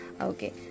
Okay